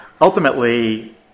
Ultimately